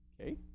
Okay